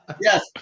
Yes